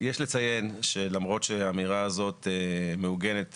יש לציין שלמרות שהאמירה הזאת מעוגנת